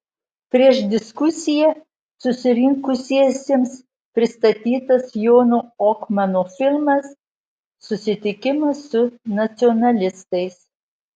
prieš diskusiją susirinkusiesiems pristatytas jono ohmano filmas susitikimas su nacionalistais